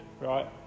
right